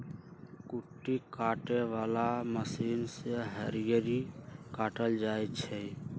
कुट्टी काटे बला मशीन से हरियरी काटल जाइ छै